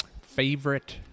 Favorite